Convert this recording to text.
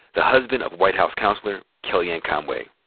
the husband of white house counselor kellyanne conway.